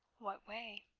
what way?